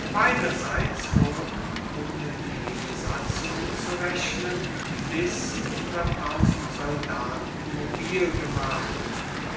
beiderseits wurden ohne die besatzungen zu rechnen bis soldaten mobil gemacht